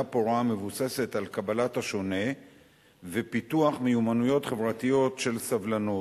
פורה המבוססת על קבלת השונה ופיתוח מיומנויות חברתיות של סבלנות.